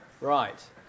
Right